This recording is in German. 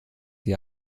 die